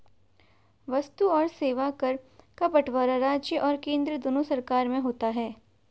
वस्तु और सेवा कर का बंटवारा राज्य और केंद्र दोनों सरकार में होता है